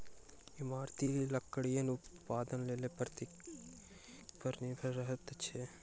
इमारती लकड़ीक उत्पादनक लेल प्रकृति पर निर्भर रहैत छी